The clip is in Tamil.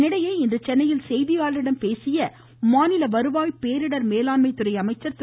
இதனிடையே இன்று சென்னையில் செய்தியாளர்களிடம் பேசிய மாநில வருவாய் மற்றும் பேரிடர் மேலாண்மை துறை அமைச்சர் திரு